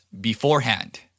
beforehand